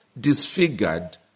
disfigured